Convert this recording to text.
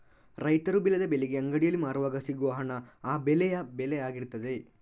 ರೈತರು ಬೆಳೆದ ಬೆಳೆಗೆ ಅಂಗಡಿಯಲ್ಲಿ ಮಾರುವಾಗ ಸಿಗುವ ಹಣ ಆ ಬೆಳೆಯ ಬೆಲೆ ಆಗಿರ್ತದೆ